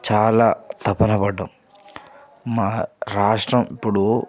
చాలా తపన పడ్డాం మా రాష్ట్రం ఇప్పుడు